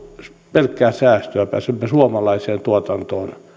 pelkkää säästöä pääsemme suomalaiseen tuotantoon